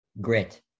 Grit